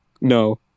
No